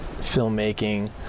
filmmaking